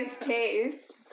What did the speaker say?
taste